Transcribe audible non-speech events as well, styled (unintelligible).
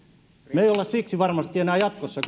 me emme ole enää jatkossa (unintelligible)